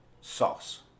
sauce